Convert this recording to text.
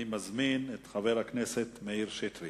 אני מזמין את חבר הכנסת מאיר שטרית,